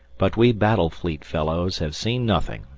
but we battle-fleet fellows have seen nothing,